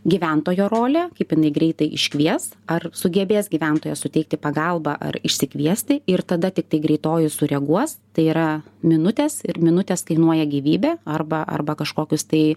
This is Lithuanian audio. gyventojo rolė kaip jinai greitai iškvies ar sugebės gyventojas suteikti pagalbą ar išsikviesti ir tada tiktai greitoji sureaguos tai yra minutės ir minutės kainuoja gyvybę arba arba kažkokius tai